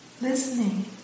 listening